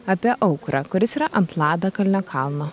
apie aukurą kuris yra ant ladakalnio kalno